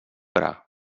gra